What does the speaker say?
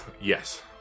Yes